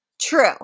True